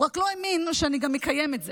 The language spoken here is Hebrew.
הוא רק לא האמין שאני גם אקיים את זה.